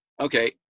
Okay